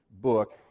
book